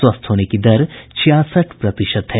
स्वस्थ होने की दर छियासठ प्रतिशत है